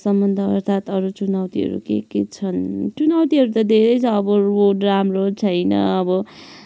सम्बन्ध अर्थात् अरू चुनौतीहरू के के छन् चुनौतीहरू त धेरै छ अब रोड राम्रो छैन अबो